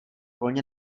volně